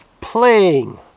playing